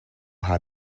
how